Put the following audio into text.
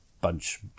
bunch